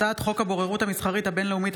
הצעת חוק הבוררות המסחרית הבין-לאומית,